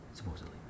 Supposedly